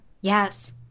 Yes